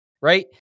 right